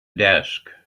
desk